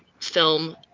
film